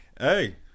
hey